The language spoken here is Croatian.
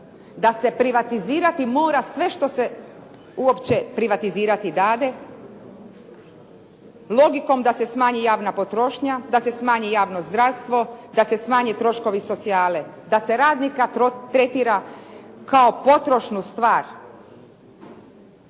da se privatizirati mora sve što se uopće privatizirati dade, logikom da se smanji javna potrošnja, da se smanji javno zdravstvo, da se smanje troškovi socijale, da se radnika tretira kao potrošnu stvar.